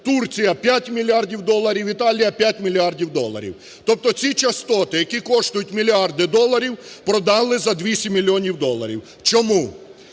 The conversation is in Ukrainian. Турція - 5 мільярдів доларів, Італія - 5 мільярдів доларів. Тобто ці частоти, які коштують мільярди доларів, продали за 200 мільйонів доларів. Чому?